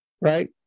right